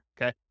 okay